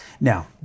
Now